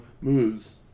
moves